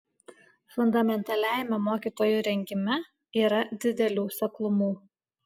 fundamentaliajame mokytojų rengime yra didelių seklumų